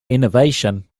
innovation